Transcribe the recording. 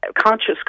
conscious